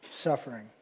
suffering